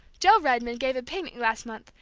joe redman gave a picnic last month,